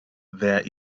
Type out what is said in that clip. there